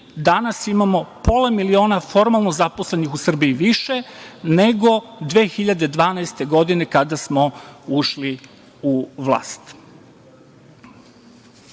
danas imamo pola miliona formalno zaposlenih u Srbiji više nego 2012. godine, kada smo ušli u vlast. Kada